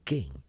King